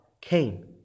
came